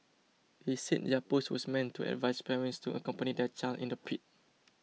he said their post was meant to advise parents to accompany their child in the pit